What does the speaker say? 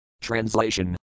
Translation